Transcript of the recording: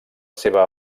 seva